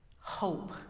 Hope